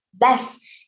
less